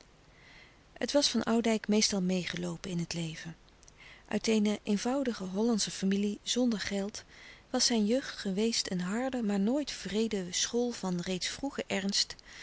het was van oudijck meestal meêgeloopen in het leven uit eene eenvoudige hollandsche familie zonder geld was zijn jeugd geweest een harde maar nooit wreede school van reeds vroegen ernst